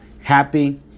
Happy